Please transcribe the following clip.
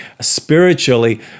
spiritually